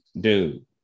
Dude